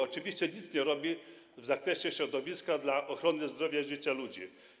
Oczywiście nic nie robi w zakresie środowiska, dla ochrony zdrowia i życia ludzi.